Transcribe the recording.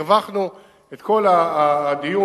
הרווחנו את כל הדיון.